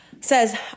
says